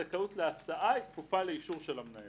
הזכאות להסעה היא כפופה לאישור של המנהל.